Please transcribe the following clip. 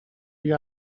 you